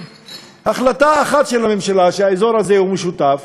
החלטה אחת של הממשלה שהאזור הזה הוא משותף